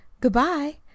Good-bye